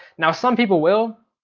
now some people will,